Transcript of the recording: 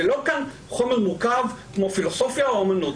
זה לא חומר מורכב כמו פילוסופיה או אומנות,